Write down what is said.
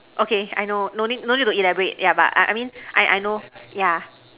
okay I know no need no need to elaborate yeah but I I mean I I know yeah